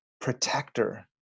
protector